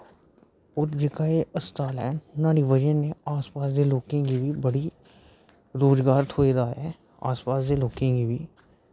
और जेह्का एह् अस्पताल ऐ न्हाड़ी बजह् नै आस पास दे लोकें गी बी बड़ी रुज़गार थ्होए दा ऐ आस पास दे लोकें गी बी